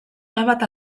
hainbat